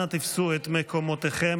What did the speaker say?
אנא תפסו את מקומותיכם.